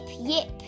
yip